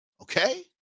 Okay